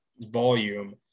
volume